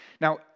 Now